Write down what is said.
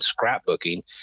scrapbooking